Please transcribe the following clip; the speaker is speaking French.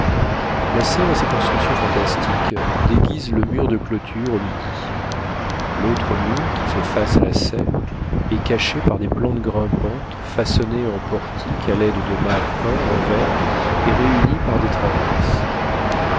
la serre et ses constructions fantastiques déguisent le mur de clôture au midi l'autre mur qui fait face à la serre est caché par des plantes grimpantes façonnées en portiques à l'aide de mâts peints en vert et réunis par des traverses